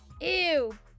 Ew